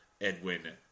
Edwin